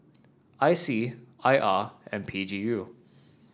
I C I R and P G U